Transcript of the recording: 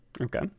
okay